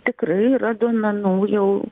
tikrai yra duomenų jau